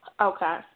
Okay